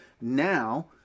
Now